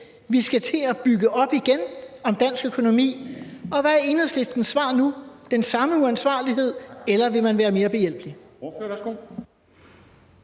vi skal til at bygge op igen om dansk økonomi, og hvad er Enhedslistens svar nu – den samme uansvarlighed, eller vil man være mere behjælpelig?